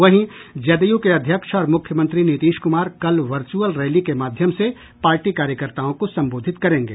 वहीं जदयू के अध्यक्ष और मुख्यमंत्री नीतीश कुमार कल वर्चुअल रैली के माध्यम से पार्टी कार्यकर्ताओं को संबोधित करेंगे